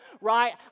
right